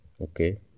Okay